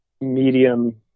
medium